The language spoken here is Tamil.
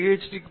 ஹ்ச்டீ Ph